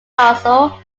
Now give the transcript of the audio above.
castle